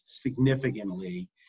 significantly